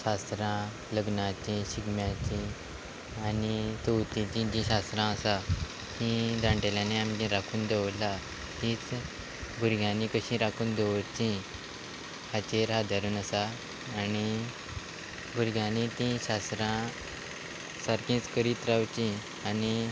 शास्त्रां लग्नाची शिगम्याची आनी चवथीची जी शास्त्रां आसा ती जाण्टेल्यांनी आमगे राखून दवरला तीच भुरग्यांनी कशी राखून दवरची हाचेर आदारून आसा आनी भुरग्यांनी ती शास्त्रां सारकीच करीत रावची आनी